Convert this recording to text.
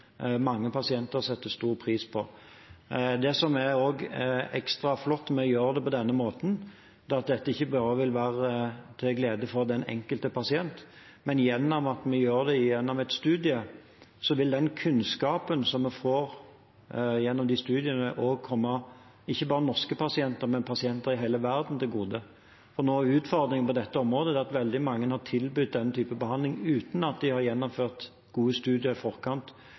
mange pasienter sette stor pris på. Det som også er ekstra flott med å gjøre det på denne måten, er at dette ikke bare vil være til glede for den enkelte pasient – ved at vi gjør det gjennom en studie, vil den kunnskapen vi får gjennom studien, ikke bare komme norske pasienter, men pasienter i hele verden til gode. Noe av utfordringen på dette området er at veldig mange har tilbudt slik behandling uten å ha gjennomført gode studier i forkant.